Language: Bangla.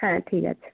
হ্যাঁ ঠিক আছে